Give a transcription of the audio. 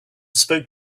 spoke